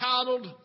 titled